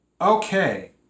Okay